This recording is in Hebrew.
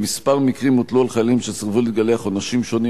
בכמה מקרים הוטלו על חיילים שסירבו להתגלח עונשים שונים,